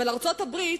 אבל ארצות-הברית,